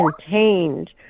contained